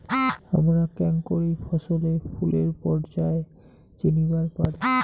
হামরা কেঙকরি ফছলে ফুলের পর্যায় চিনিবার পারি?